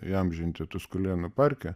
įamžinti tuskulėnų parke